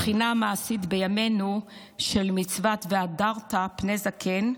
הבחינה המעשית בימינו של מצוות "והדרת פני זקן"